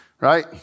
Right